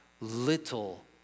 little